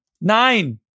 nine